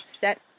set